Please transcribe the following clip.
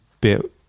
bit